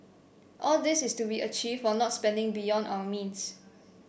all this is to be achieved while not spending beyond our means